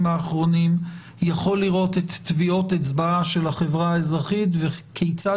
האחרונים יכול לראות את טביעות האצבע של החברה האזרחית וכיצד